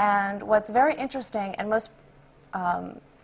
and what's very interesting and most